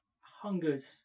hungers